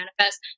manifest